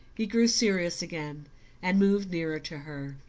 he grew serious again and moved nearer to her.